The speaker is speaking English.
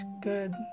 good